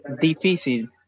Difícil